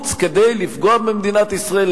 מבחוץ כדי לפגוע במדינת ישראל,